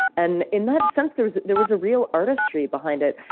and in that sense, there was there was a real artistry behind it.